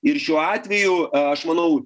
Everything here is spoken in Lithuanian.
ir šiuo atveju aš manau